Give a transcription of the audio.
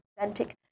authentic